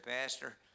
Pastor